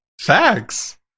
Facts